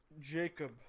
Jacob